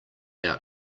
out